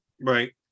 right